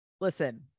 Listen